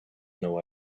know